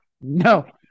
No